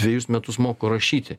dvejus metus moko rašyti